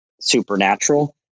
supernatural